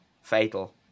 fatal